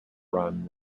run